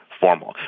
formal